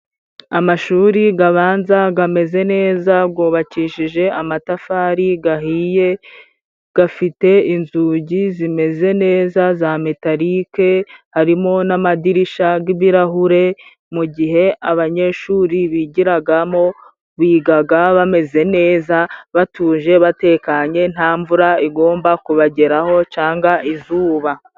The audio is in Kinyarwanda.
Amashuri gabanza gameze neza gubakishije amatafari gahiye， gafite inzugi zimeze neza za metalike， harimo n'amadirisha g'ibirahure， mu gihe abanyeshuri bigiragamo bigaga， bameze neza batuje， batekanye nta mvura igomba kubageraho canga izuba.